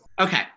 Okay